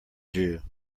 jew